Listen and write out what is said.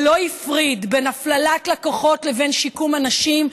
שלא הפריד בין הפללת לקוחות לבין שיקום הנשים,